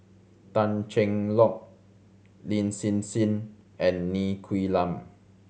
Tan Cheng Lock Lin Hsin Hsin and Ng Quee Lam